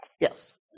Yes